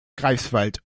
greifswald